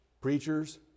preachers